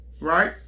right